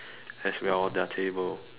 as well on their table